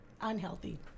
unhealthy